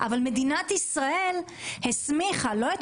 אבל מדינת ישראל הסמיכה לעניי הזה לא את